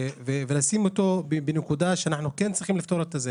ולפתור אותו.